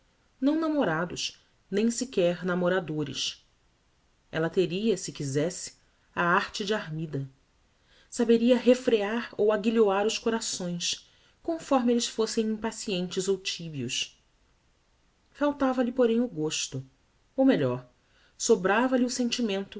não namorados nem sequer namoradores ella teria se quizesse a arte de armida saberia refrear ou aguilhoar os corações conforme elles fossem impacientes ou tibios faltava-lhe porém o gosto ou melhor sobrava lhe o sentimento